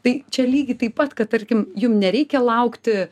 tai čia lygiai taip pat kad tarkim jums nereikia laukti